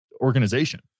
organization